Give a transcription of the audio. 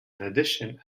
addition